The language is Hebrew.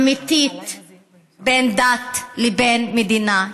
אמיתית בין דת לבין מדינה.